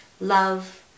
love